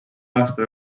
aasta